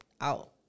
out